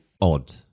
odd